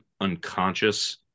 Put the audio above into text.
unconscious